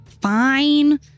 fine